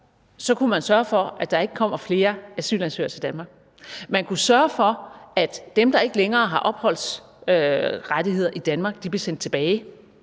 Man kunne sørge for, at der ikke kommer flere asylansøgere til Danmark; man kunne sørge for, at dem, der ikke længere har opholdsrettigheder i Danmark, bliver sendt tilbage